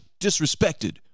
disrespected